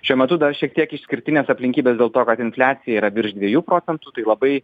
šiuo metu dar šiek tiek išskirtinės aplinkybės dėl to kad infliacija yra virš dviejų procentų tai labai